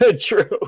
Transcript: True